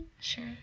Sure